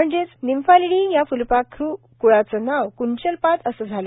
म्हणजेच निम्फालिडी या फ्लपाखरू क्ळाचं नाव क्ंचलपाद असं झालं